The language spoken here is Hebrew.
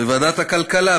בוועדת הכלכלה,